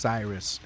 Cyrus